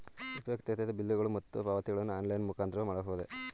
ಉಪಯುಕ್ತತೆ ಬಿಲ್ಲುಗಳು ಮತ್ತು ಪಾವತಿಗಳನ್ನು ಆನ್ಲೈನ್ ಮುಖಾಂತರವೇ ಮಾಡಬಹುದೇ?